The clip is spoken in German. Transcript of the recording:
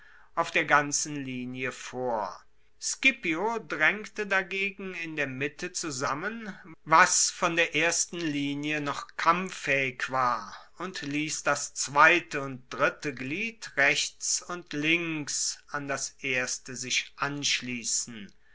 auf der ganzen linie vor scipio draengte dagegen in der mitte zusammen was von der ersten linie noch kampffaehig war und liess das zweite und dritte glied rechts und links an das erste sich anschliessen